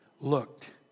looked